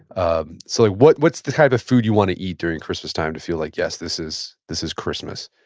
um so what's what's the type of food you want to eat during christmastime to feel like, yes, this is this is christmas?